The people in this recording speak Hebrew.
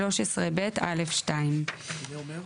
13ב א' 2. שזה אומר?